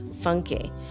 funky